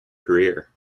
career